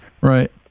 Right